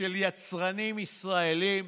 של יצרנים ישראלים,